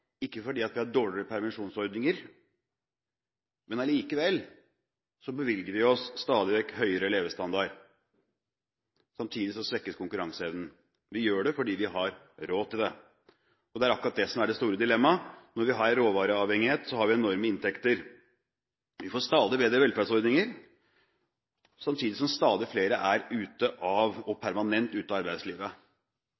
ikke fordi vi har dårligere permisjonsordninger. Allikevel bevilger vi oss stadig høyere levestandard, samtidig som konkurranseevnen svekkes. Vi gjør det fordi vi har råd til det. Og det er akkurat det som er det store dilemmaet. Når vi har råvareavhengighet, har vi enorme inntekter. Vi får stadig bedre velferdsordninger, samtidig som stadig flere er permanent ute av